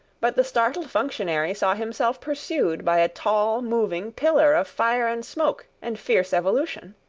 but the startled functionary saw himself pursued by a tall moving pillar of fire and smoke and fierce evolution.